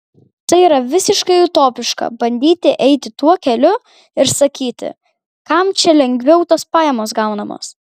tai yra visiškai utopiška bandyti eiti tuo keliu ir sakyti kam čia lengviau tos pajamos gaunamos